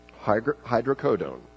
Hydrocodone